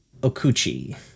Okuchi